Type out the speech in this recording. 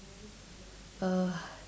uh